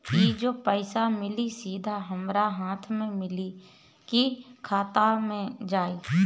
ई जो पइसा मिली सीधा हमरा हाथ में मिली कि खाता में जाई?